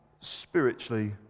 spiritually